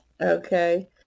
okay